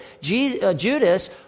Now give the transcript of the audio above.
Judas